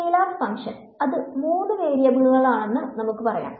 scalar ഫംഗ്ഷൻഅത് മൂന്ന് വേരിയബിളുകളാണെന്ന് നമുക്ക് പറയാം